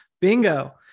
bingo